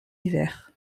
hiver